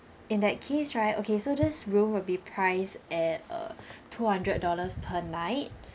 in that case right okay so this room will be price at uh two hundred dollars per night